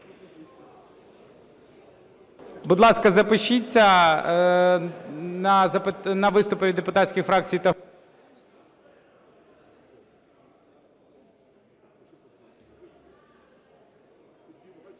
Будь ласка, запишіться на виступи від депутатських фракцій та груп.